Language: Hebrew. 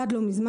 עד לא מזמן,